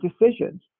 decisions